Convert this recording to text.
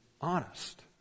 honest